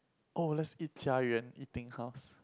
oh let's eat Jia-Yuan eating house